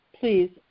Please